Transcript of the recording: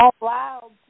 Wow